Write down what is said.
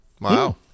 wow